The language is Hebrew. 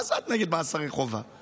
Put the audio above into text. מה זה את נגד מאסרי חובה?